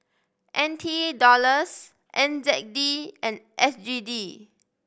N T Dollars N Z D and S G D